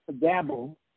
dabble